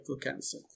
cancer